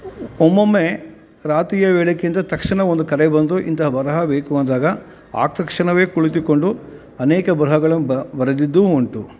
ಒಮ್ಮೊಮ್ಮೆ ರಾತ್ರಿಯ ವೇಳೆಗೆ ಅಂತ ತಕ್ಷಣ ಒಂದು ಕರೆ ಬಂದು ಇಂತಹ ಬರಹ ಬೇಕು ಅಂದಾಗ ಆ ತಕ್ಷಣವೇ ಕುಳಿತುಕೊಂಡು ಅನೇಕ ಬರಹಗಳನ್ನು ಬರೆದಿದ್ದೂ ಉಂಟು